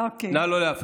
נא לא להפריע.